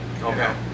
Okay